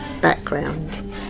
background